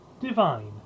divine